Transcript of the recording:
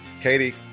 Katie